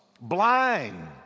blind